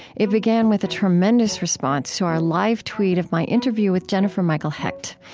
it began with a tremendous response to our live tweet of my interview with jennifer michael hecht.